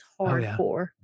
hardcore